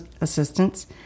assistance